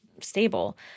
stable